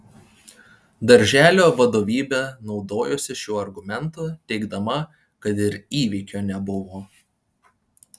darželio vadovybė naudojosi šiuo argumentu teigdama kad ir įvykio nebuvo